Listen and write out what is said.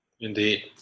indeed